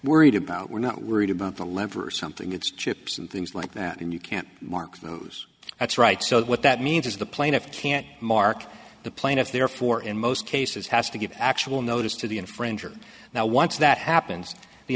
worried about we're not worried about the lever or something it's chips and things like that and you can't market news that's right so what that means is the plaintiff can't mark the plaintiff therefore in most cases has to give actual notice to the infringer now once that happens the